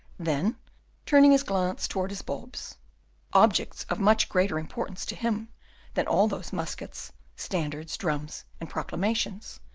then turning his glance towards his bulbs objects of much greater importance to him than all those muskets, standards, drums, and proclamations,